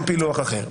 אין לכם פילוח אחר?